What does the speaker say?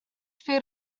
food